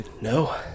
no